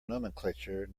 nomenclature